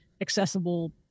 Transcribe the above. accessible